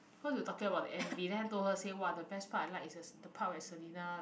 cause we were talking about the m_v then I told her say !wah! the best part I like is the part where selina